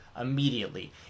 immediately